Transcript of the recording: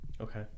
okay